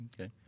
Okay